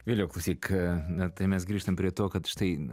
viliau klausyk na tai mes grįžtam prie to kad štai